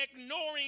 ignoring